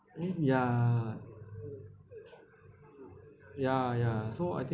mm ya ya ya so I think